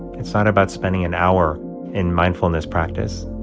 it's not about spending an hour in mindfulness practice.